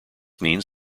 means